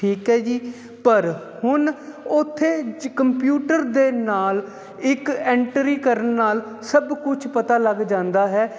ਠੀਕ ਹੈ ਜੀ ਪਰ ਹੁਣ ਉੱਥੇ ਕੰਪਿਊਟਰ ਦੇ ਨਾਲ ਇੱਕ ਐਂਟਰੀ ਕਰਨ ਨਾਲ ਸਭ ਕੁਝ ਪਤਾ ਲੱਗ ਜਾਂਦਾ ਹੈ